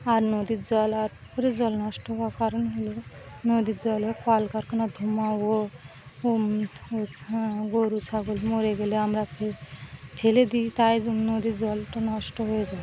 আর নদীর জল আরপরে জল নষ্ট হওয়ার কারণ হলো নদীর জলে কলকারখানা ধোঁয়া ও ও গরু ছাগল মরে গেলে আমরা ফ ঠেলে দিই তাই জন্য নদীর জলটা নষ্ট হয়ে যায়